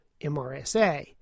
MRSA